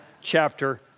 chapter